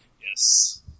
Yes